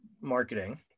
marketing